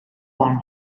warm